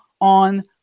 on